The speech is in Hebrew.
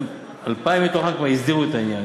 ו-2,000 מתוכם כבר הסדירו את העניין,